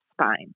spine